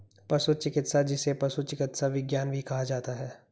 पशु चिकित्सा, जिसे पशु चिकित्सा विज्ञान भी कहा जाता है